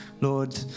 Lord